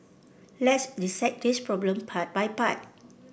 let's dissect this problem part by part